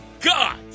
God